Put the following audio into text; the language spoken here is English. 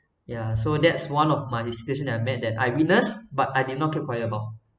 ya so that's one of my situation that I met that I witnessed but I did not keep quiet about